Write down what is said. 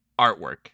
artwork